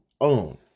own